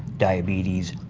diabetes,